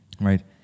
right